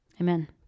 Amen